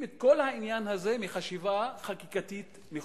את כל העניין הזה מחשיבה חקיקתית נכונה,